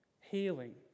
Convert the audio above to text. Healing